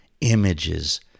images